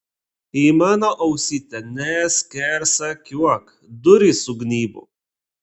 į mano ausytę neskersakiuok durys sugnybo